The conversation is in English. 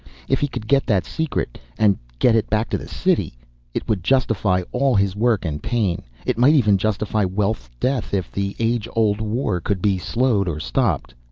if he could get that secret and get it back to the city it would justify all his work and pain. it might even justify welf's death if the age-old war could be slowed or stopped.